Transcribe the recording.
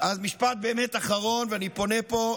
אז משפט באמת אחרון, ואני פונה פה,